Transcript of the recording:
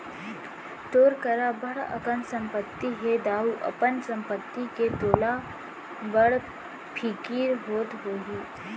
तोर करा बड़ अकन संपत्ति हे दाऊ, अपन संपत्ति के तोला बड़ फिकिर होत होही